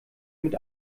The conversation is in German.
mit